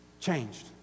changed